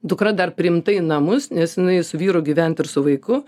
dukra dar priimta į namus nes jinai su vyru gyvent ir su vaiku